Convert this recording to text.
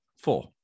four